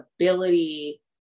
ability